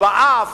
או באף,